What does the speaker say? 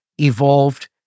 evolved